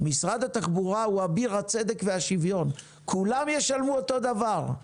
משרד התחבורה הוא אביר הצדק והשוויון: כולם ישלמו אותו דבר.